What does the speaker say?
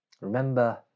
Remember